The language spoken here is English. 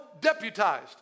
deputized